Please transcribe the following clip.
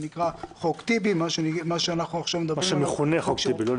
מה שמכונה "חוק טיבי".